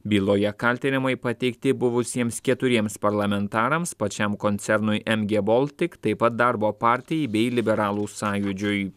byloje kaltinimai pateikti buvusiems keturiems parlamentarams pačiam koncernui mg baltic taip pat darbo partijai bei liberalų sąjūdžiui